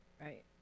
Right